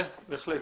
כן, בהחלט.